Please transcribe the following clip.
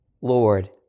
Lord